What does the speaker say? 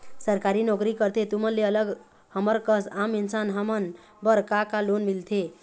सरकारी नोकरी करथे तुमन ले अलग हमर कस आम इंसान हमन बर का का लोन मिलथे?